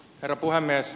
herra puhemies